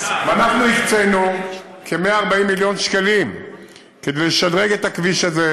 ואנחנו הקצינו כ-140 מיליון שקלים כדי לשדרג את הכביש הזה,